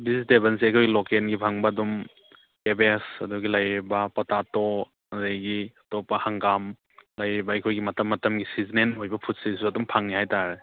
ꯕꯤꯖꯤꯇꯦꯕꯜꯁꯦ ꯑꯩꯈꯣꯏ ꯂꯣꯀꯦꯜꯒꯤ ꯐꯪꯕ ꯑꯗꯨꯝ ꯀꯦꯕꯦꯖ ꯑꯗꯒꯤ ꯂꯩꯔꯤꯕ ꯄꯣꯇꯥꯇꯣ ꯑꯗꯒꯤ ꯑꯇꯣꯞꯄ ꯍꯪꯒꯥꯝ ꯂꯩꯔꯤꯕ ꯑꯩꯈꯣꯏꯒꯤ ꯃꯇꯝ ꯃꯇꯝꯒꯤ ꯁꯤꯖꯅꯦꯜ ꯑꯣꯏꯕ ꯐꯨꯠꯁꯤꯡꯁꯨ ꯑꯗꯨꯝ ꯐꯪꯉꯦ ꯍꯥꯏ ꯇꯥꯔꯦ